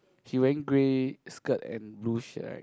she wearing grey skirt and blue shirt right